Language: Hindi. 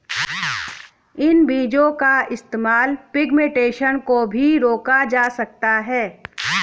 इन बीजो का इस्तेमाल पिग्मेंटेशन को भी रोका जा सकता है